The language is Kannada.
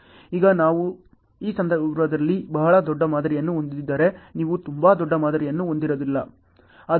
ಈಗ ನೀವು ಈ ಸಂದರ್ಭದಲ್ಲಿ ಬಹಳ ದೊಡ್ಡ ಮಾದರಿಗಳನ್ನು ಹೊಂದಿದ್ದರೆ ನೀವು ತುಂಬಾ ದೊಡ್ಡ ಮಾದರಿಯನ್ನು ಹೊಂದಿರಲಿಲ್ಲ